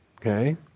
Okay